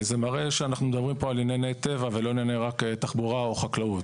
מראה שאנחנו מדברים פה על ענייני טבע ולא רק ענייני תחבורה או חקלאות,